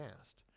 asked